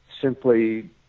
simply